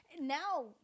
Now